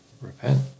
repent